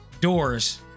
doors